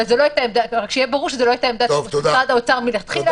אבל זו לא היתה עמדת משרד האוצר מלכתחילה.